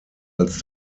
als